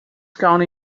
county